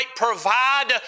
provide